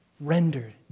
rendered